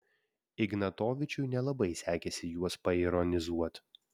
ignatovičiui nelabai sekėsi juos paironizuot